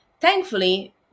thankfully